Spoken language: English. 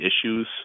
issues